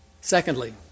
Secondly